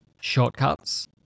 shortcuts